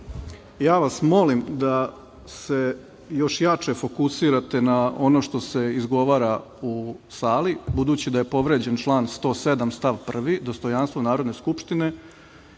ja vas molim da se još jače fokusirate na ono što se izgovara u sali, budući da je povređen član 107. stav 1. dostojanstvo Narodne Skupštine